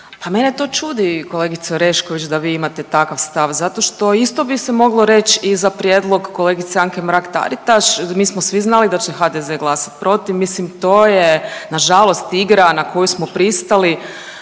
Pa mene to čudi kolegice Orešković da vi imate takav stav zato što isto bi se moglo reć i za prijedlog kolegice Anke Mrak-Taritaš, mi smo svi znali da će HDZ glasat protiv, mislim to je nažalost igra na koju smo pristali.